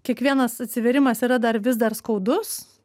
kiekvienas atsivėrimas yra dar vis dar skaudus